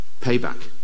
Payback